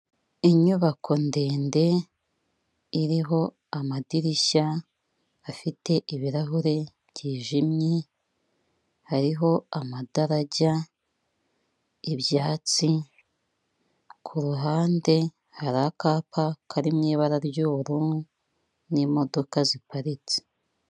Inyubako ndende iriho amadirishya afite ibirahure byijimye hariho amadarajya, ibyatsi ku ruhande hari akapa kari mu ibara ry'ubururu n'imodoka ziparitse.